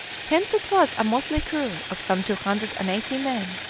hence it was a motley crew of some two hundred and eighty men,